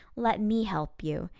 let me help you.